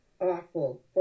Awful